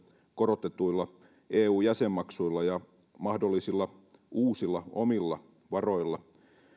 korotetuilla eu jäsenmaksuilla ja mahdollisilla uusilla omilla varoilla